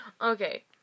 Okay